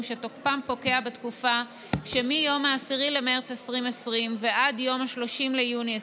שתוקפם פוקע בתקופה שמיום 10 במרץ 2020 ועד יום 30 ביוני 2020,